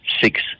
six